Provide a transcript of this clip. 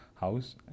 house